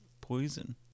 poison